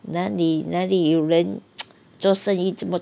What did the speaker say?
哪里哪里有人 做生意怎么